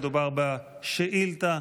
מדובר בשאילתה.